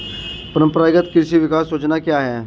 परंपरागत कृषि विकास योजना क्या है?